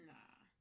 Nah